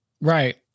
Right